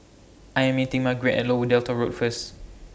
I Am meeting Margeret At Lower Delta Road First